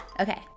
okay